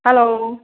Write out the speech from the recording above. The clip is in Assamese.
হেল্ল'